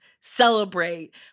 celebrate